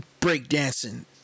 breakdancing